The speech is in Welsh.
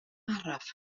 araf